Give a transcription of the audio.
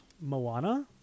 Moana